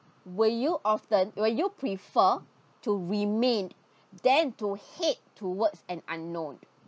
will you often will you prefer to remain than to head towards an unknown